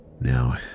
Now